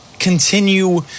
Continue